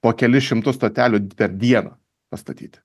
po kelis šimtus stotelių per dieną pastatyti